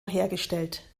hergestellt